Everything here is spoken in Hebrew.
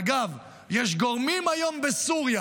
אגב, יש גורמים היום בסוריה